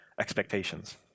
expectations